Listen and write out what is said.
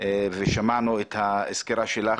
שמענו את הסקירה שלך